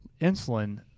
insulin